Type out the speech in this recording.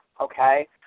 okay